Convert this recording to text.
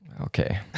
Okay